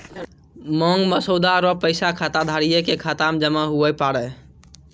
मांग मसौदा रो पैसा खाताधारिये के खाता मे जमा हुवै पारै